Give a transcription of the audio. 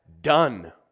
done